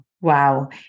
Wow